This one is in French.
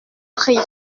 pris